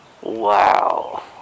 Wow